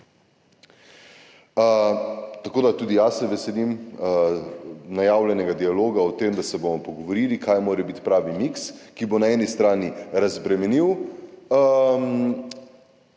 iz dela. Tudi jaz se veselim najavljenega dialoga o tem, da se bomo pogovorili, kaj mora biti pravi miks, ki bo na eni strani razbremenil